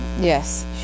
Yes